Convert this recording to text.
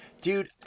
Dude